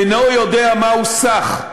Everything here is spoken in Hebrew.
אינו יודע מה הוא סח.